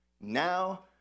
Now